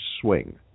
swing